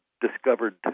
discovered